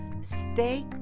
stay